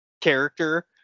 character